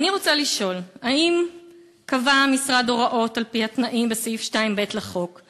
אני רוצה לשאול: 1. האם קבע המשרד הוראות על-פי התנאים בסעיף 2(ב) לחוק?